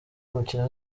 umukino